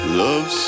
love